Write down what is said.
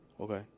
okay